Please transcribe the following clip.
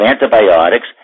antibiotics